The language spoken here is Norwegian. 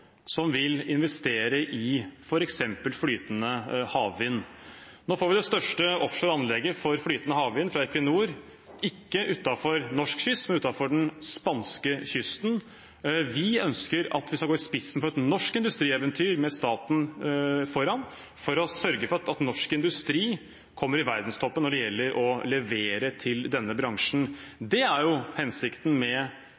som vil investere i f.eks. flytende havvind. Nå får vi det største offshore anlegget for flytende havvind fra Equinor ikke utenfor norsk kyst, men utenfor den spanske kysten. Vi ønsker at vi skal gå i spissen for et norsk industrieventyr med staten foran, for å sørge for at norsk industri kommer i verdenstoppen når det gjelder å levere til denne